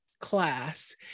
class